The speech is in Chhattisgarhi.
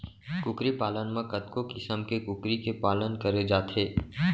कुकरी पालन म कतको किसम के कुकरी के पालन करे जाथे